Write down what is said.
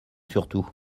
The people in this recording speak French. surtout